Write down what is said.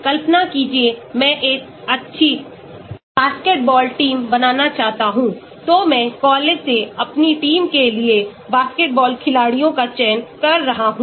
कल्पना कीजिए मैं एक अच्छी बास्केटबॉल टीम बनाना चाहता हूंतो मैं कॉलेज से अपनी टीम के लिए बास्केटबॉल खिलाड़ियों का चयन कर रहा हूं